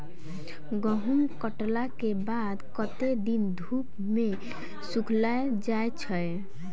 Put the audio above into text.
गहूम कटला केँ बाद कत्ते दिन धूप मे सूखैल जाय छै?